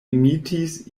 imitis